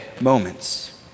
moments